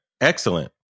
Excellent